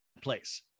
place